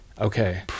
okay